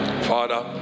Father